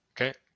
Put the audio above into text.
Okay